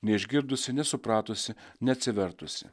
neišgirdusi nesupratusi neatsivertusi